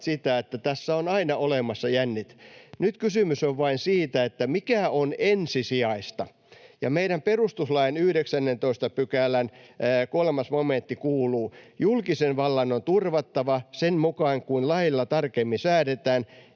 että tässä on aina olemassa jännite. Nyt kysymys on vain siitä, mikä on ensisijaista. Meidän perustuslain 19 §:n 3 momentti kuuluu: ”Julkisen vallan on turvattava, sen mukaan kuin lailla tarkemmin säädetään,